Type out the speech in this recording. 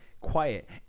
quiet